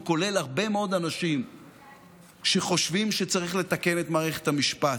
הוא כולל הרבה מאוד אנשים שחושבים שצריך לתקן את מערכת המשפט,